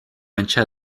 mbinse